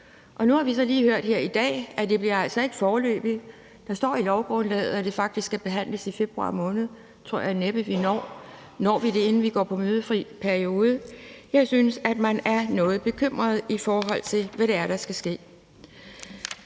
her i dag, at det altså ikke bliver foreløbig. Der står i lovgrundlaget, at det faktisk skal behandles i februar måned. Det tror jeg næppe vi når. Når vi det, inden vi går ind i den mødefri periode? Jeg synes, at man er noget bekymrede i forhold til, hvad det er, der